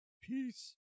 peace